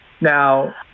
Now